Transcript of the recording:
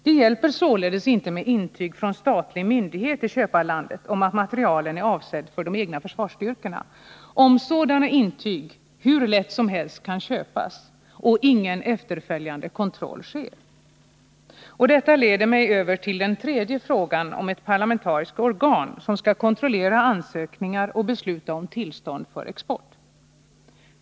Det hjälper således inte med intyg från statlig myndighet i köparlandet om att materielen är avsedd för de egna försvarsstyrkorna, om sådana intyg hur lätt som helst kan köpas och ingen efterföljande kontroll sker. Detta leder mig över till den tredje frågan om ett parlamentariskt organ som skall kontrollera ansökningar och besluta om tillstånd för export.